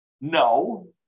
no